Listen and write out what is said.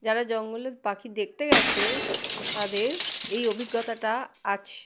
যারা জঙ্গলে পাখি দেখতে গেছে তাদের এই অভিজ্ঞতাটা আছে